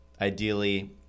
Ideally